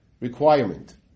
requirement